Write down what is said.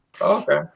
Okay